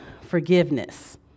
forgiveness